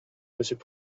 monsieur